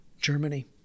Germany